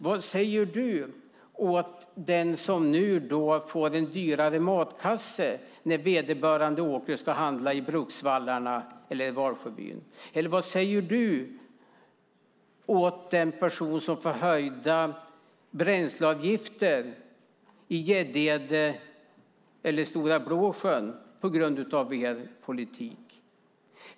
Vad säger Tommy Waidelich till den som nu får en dyrare matkasse när vederbörande åker och handlar i Bruksvallarna eller Valsjöbyn? Vad säger han till den som får höjda bränsleavgifter i Gäddede eller Stora Blåsjön på grund av er politik?